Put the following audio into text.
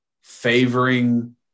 favoring